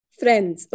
friends